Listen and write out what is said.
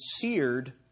seared